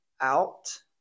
out